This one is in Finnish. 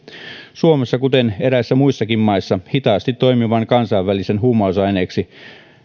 suomessa kuten eräissä muissakin maissa hitaasti toimivan kansainvälisen huumausaineeksi